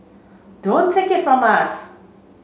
don't take it from us